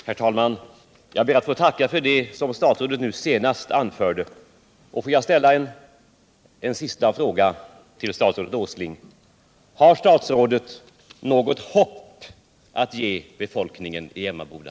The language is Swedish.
Herr talman! Jag ber att få tacka för det som statsrådet nu senast anförde. Får jag då ställa en sista fråga till statsrådet Åsling: Har statsrådet något hopp att ge befolkningen i Emmaboda?